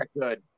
good